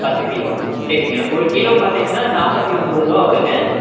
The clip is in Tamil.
பத்து கிலோங்க சரிங்க ஒரு கிலோ பார்த்தீங்கனா நாற்பத்தி ஒம்பதுருவா வருங்க